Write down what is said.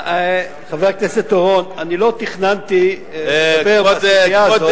חבר הכנסת אורון, אני לא תכננתי לדבר בסוגיה הזאת.